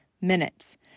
minutes